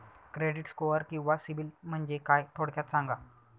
Credit score किंवा सिबिल म्हणजे काय? थोडक्यात सांगा